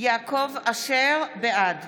אשר, בעד